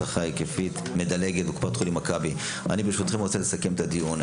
אני ברשותכם רוצה לסכם את הדיון.